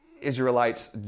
Israelites